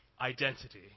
identity